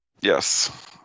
Yes